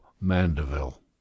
Mandeville